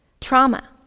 trauma